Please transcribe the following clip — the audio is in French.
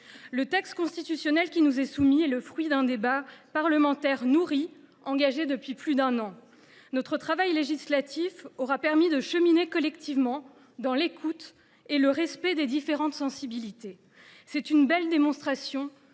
Le texte constitutionnel qui nous est soumis est le fruit d’un débat parlementaire nourri, engagé depuis plus d’un an. Notre travail législatif aura permis de cheminer collectivement dans l’écoute et le respect des différentes sensibilités. C’est une belle démonstration